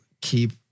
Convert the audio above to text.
keep